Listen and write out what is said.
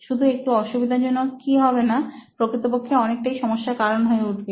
শুধু একটু অসুবিধাজনক কি হবে না প্রকৃতপক্ষে অনেকটাই সমস্যার কারণ হয়ে উঠবে